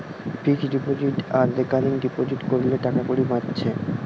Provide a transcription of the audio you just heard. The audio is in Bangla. ফিক্সড ডিপোজিট আর রেকারিং ডিপোজিট কোরলে টাকাকড়ি বাঁচছে